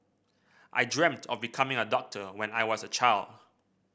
I dreamt of becoming a doctor when I was a child